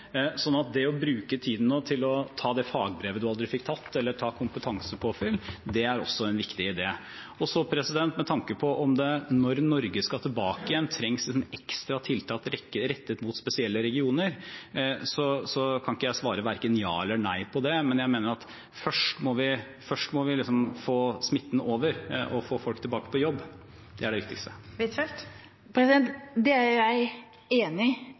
Det å bruke tiden nå til å ta det fagbrevet man aldri fikk tatt, eller ta kompetansepåfyll, er også en viktig idé. Med tanke på om det når Norge skal tilbake igjen, trengs ekstra tiltak rettet mot spesielle regioner, kan ikke jeg svare verken ja eller nei på det. Jeg mener at først må vi få smitten ned og få folk tilbake på jobb. Det er det viktigste. Anniken Huitfeldt – til oppfølgingsspørsmål. Jeg er enig i